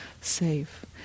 Safe